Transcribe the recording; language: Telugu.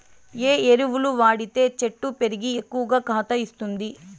ఏ ఎరువులు వాడితే చెట్టు పెరిగి ఎక్కువగా కాత ఇస్తుంది?